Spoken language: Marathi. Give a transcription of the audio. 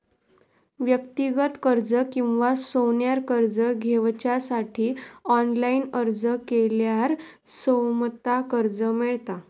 व्यक्तिगत कर्ज किंवा सोन्यार कर्ज घेवच्यासाठी ऑनलाईन अर्ज केल्यार सोमता कर्ज मेळता